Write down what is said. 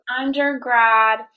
undergrad